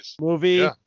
movie